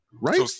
right